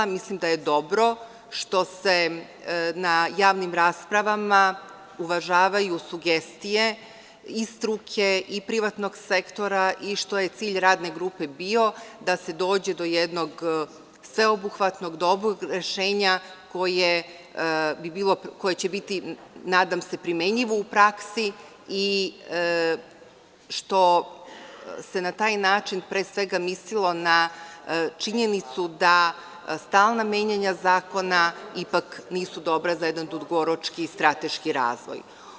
Mislim da je dobro što se na javnim raspravama uvažavaju sugestije i struke i privatnog sektora i što je cilj radne grupe bio da se dođe do jednog sveobuhvatnog, dobrog rešenja koje će biti, nadam se, primenljivo u praksi i što se na taj način, pre svega mislilo na činjenicu da stalna menjanja zakona ipak nisu dobra za jedan dugoročni strateški razvoj.